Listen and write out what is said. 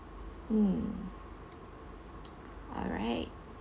mm alright